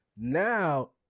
now